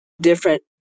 different